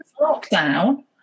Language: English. lockdown